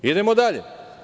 Idemo dalje.